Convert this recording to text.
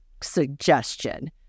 suggestion